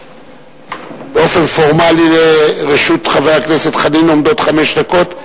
באופן פורמלי, לרשות חבר חנין עומדות חמש דקות.